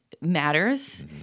matters